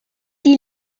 die